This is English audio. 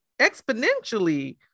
exponentially